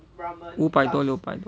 五百多六百多